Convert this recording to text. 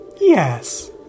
Yes